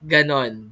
Ganon